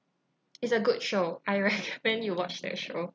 it's a good show I recommend you watch that show